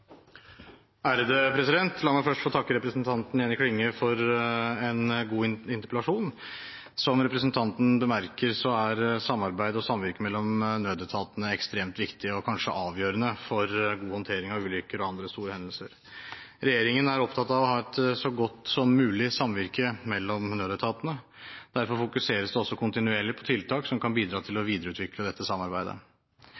studium raskt. La meg først få takke representanten Jenny Klinge for en god interpellasjon. Som representanten bemerker, er samarbeid og samvirke mellom nødetatene ekstremt viktig og kanskje avgjørende for god håndtering av ulykker og andre store hendelser. Regjeringen er opptatt av å ha et så godt som mulig samvirke mellom nødetatene, og derfor fokuseres det også kontinuerlig på tiltak som kan bidra til